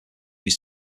use